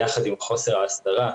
יחד עם חוסר ההסתרה,